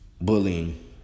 bullying